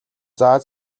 зааж